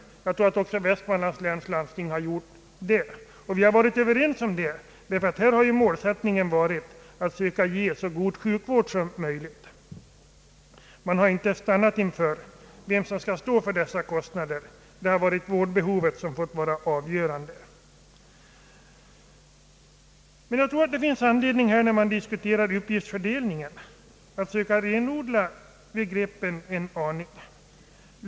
Jag förmodar att också Västmanlands län har gjort det. Vi har varit överens om den saken; målsättningen har varit att försöka ge en så god sjukvård som möjligt, vårdbehovet har fått vara avgörande. När man diskuterar utgiftsfördelningen finns det anledning att försöka renodla begreppen en smula.